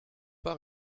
pas